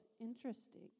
Interesting